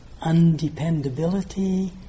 undependability